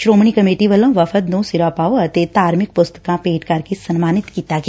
Shiromani committee ਵੱਲੋਂ ਵਫ਼ਦ ਨੂੰ ਸਿਰੋਪਾਓ ਅਤੇ ਧਾਰਮਿਕ ਪੁਸਤਕਾਂ ਭੇਟ ਕਰਕੇ ਸਨਮਾਨਿਤ ਕੀਤਾ ਗਿਆ